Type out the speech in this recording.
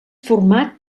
format